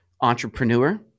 entrepreneur